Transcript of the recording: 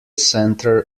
centre